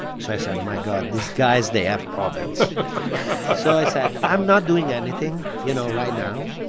so i said, my god, these guys they have problems so i said, i'm not doing anything, you know, right now.